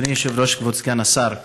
אדוני היושב-ראש, כבוד סגן השר,